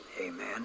Amen